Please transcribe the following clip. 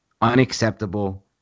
Unacceptable